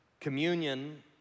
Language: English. communion